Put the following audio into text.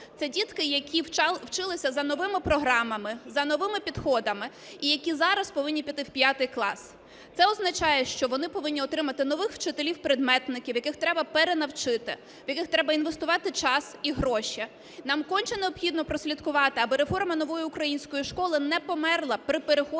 це дітки, які вчилися за новими програмами, за новими підходами і які зараз повинні піти в п'ятий клас. Це означає, що вони повинні отримати нових вчителів-предметників, яких треба перенавчити, в яких треба інвестувати час і гроші. Нам конче необхідно прослідкувати, аби реформа Нової української школи не померла при переході